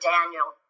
Daniel